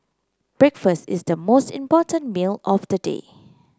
breakfast is the most important meal of the day